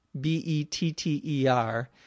B-E-T-T-E-R